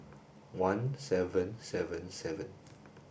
one seven seven seven